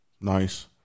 Nice